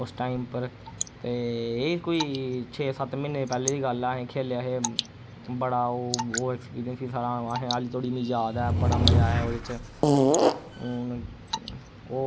उस टाइम पर ते एह् कोई छे सत्त म्हीने पैह्ले दी गल्ल ऐ असीं खेले हे बड़ा ओ ओ एक्सपीरियंस फिर साढ़ा असें आह्ले तोड़ी मि याद ऐ बड़ा मजा आया ओह्दे च हुन ओ